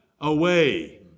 away